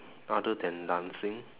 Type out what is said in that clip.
other than dancing